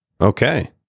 okay